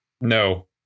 No